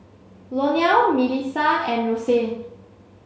Lionel Milissa and Roxane